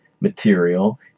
material